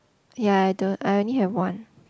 ya at the I only have one